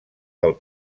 del